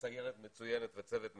סיירת מצוינת וצוות מצוין.